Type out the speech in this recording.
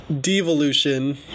devolution